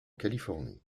californie